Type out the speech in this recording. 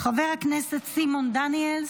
חבר הכנסת סימון דניאלס,